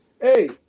hey